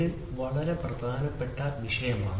ഇത് വളരെ പ്രധാനപ്പെട്ട വിഷയമാണ്